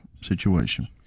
situation